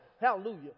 Hallelujah